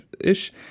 ish